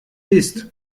ist